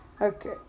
Okay